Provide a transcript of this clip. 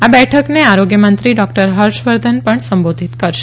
આ બેઠકને આરોગ્યમંત્રી ડોક્ટર ફર્ષવર્ધન પણ સંબોધિત કરશે